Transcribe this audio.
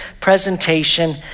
presentation